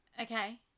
Okay